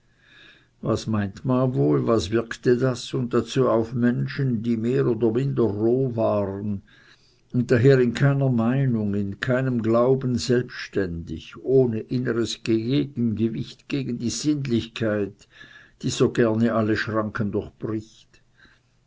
was meint man wohl was wirkte das und dazu auf menschen die mehr oder minder roh waren und daher in keiner meinung in keinem glauben selbständig ohne inneres gegengewicht gegen die sinnlichkeit die so gerne alle schranken